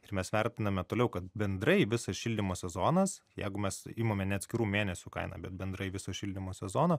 ir mes vertiname toliau kad bendrai visas šildymo sezonas jeigu mes imame ne atskirų mėnesių kainą bet bendrai viso šildymo sezono